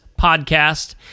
podcast